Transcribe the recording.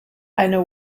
eine